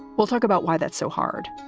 we'll talk about why that's so hard.